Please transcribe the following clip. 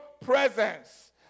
presence